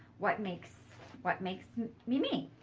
what makes what makes me me.